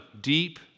deep